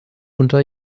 unter